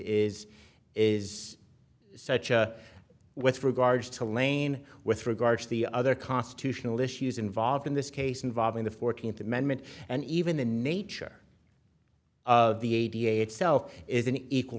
is is such a with regards to lane with regard to the other constitutional issues involved in this case involving the fourteenth amendment and even the nature of the a b a itself is an equal